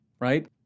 right